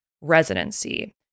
residency